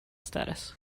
status